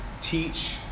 teach